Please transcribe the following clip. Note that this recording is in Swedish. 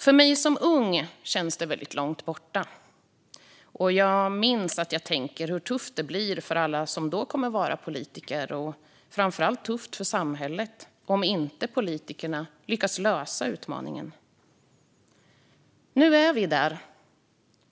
För mig som ung kändes det väldigt långt bort, men jag minns att jag tänkte hur tufft det skulle bli för alla som då skulle komma att vara politiker, och framför allt skulle det bli tufft för samhället om inte politikerna skulle lyckas lösa utmaningen. Nu är vi där.